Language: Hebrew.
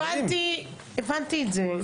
הבנתי את זה.